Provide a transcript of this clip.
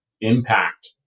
impact